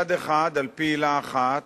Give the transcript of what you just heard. מצד אחד, על-פי עילה אחת,